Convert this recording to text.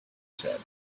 said